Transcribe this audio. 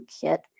Kit